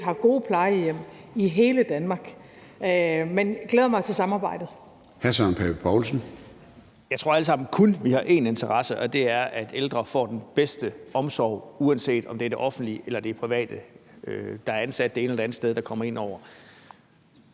har gode plejehjem i hele Danmark. Men jeg glæder mig til samarbejdet.